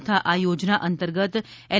તથા આ યોજના અંતર્ગત એલ